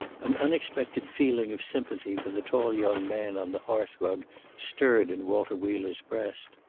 an unexpected feeling of sympathy for the tall young man on the hearth rug stirred in walter wheeler's breast.